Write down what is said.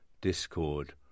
discord